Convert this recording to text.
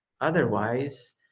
Otherwise